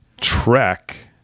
Trek